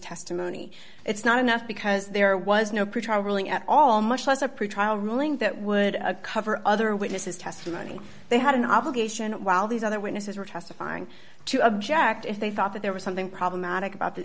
testimony it's not enough because there was no pretrial ruling at all much less a pretrial ruling that would cover other witnesses testimony they had an obligation while these other witnesses were testifying to object if they thought that there was something problematic about the